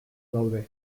daude